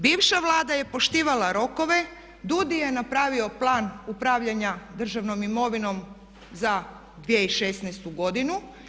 Bivša Vlada je poštivala rokove, DUUDI je napravio Plan upravljanja državnom imovinom za 2016. godinu.